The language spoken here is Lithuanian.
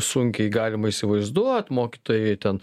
sunkiai galima įsivaizduot mokytojai ten